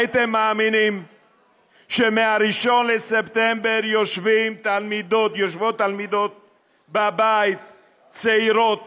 הייתם מאמינים שמ-1 בספטמבר יושבות תלמידות צעירות